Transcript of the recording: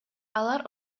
алар